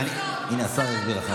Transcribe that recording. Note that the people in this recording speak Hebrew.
הינה, השר יסביר.